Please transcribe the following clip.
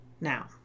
Now